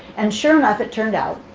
and sure enough, it turned out